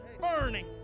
burning